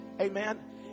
Amen